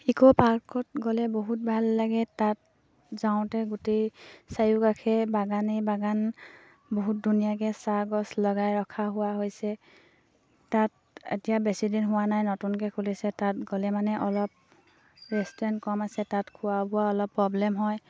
ইক' পাৰ্কত গ'লে বহুত ভাল লাগে তাত যাওঁতে গোটেই চাৰিওকাষে বাগানেই বাগান বহুত ধুনীয়াকে চাহ গছ লগাই ৰখা হোৱা হৈছে তাত এতিয়া বেছিদিন হোৱা নাই নতুনকে খুলিছে তাত গ'লে মানে অলপ ৰেষ্টুৰেণ্ট কম আছে তাত খোৱা বোৱা অলপ প্ৰব্লেম হয়